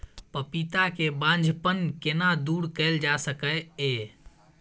पपीता के बांझपन केना दूर कैल जा सकै ये?